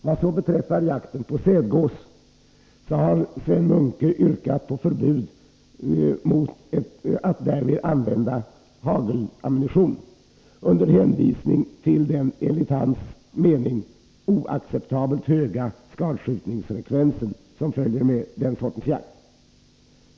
Vad så beträffar jakten på sädgås har Sven Munke yrkat på förbud mot att därvid använda hagelammunition, under hänvisning till den enligt hans mening oacceptabelt höga skadskjutningsfrekvensen som följer med den sortens jakt.